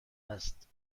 است